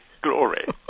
glory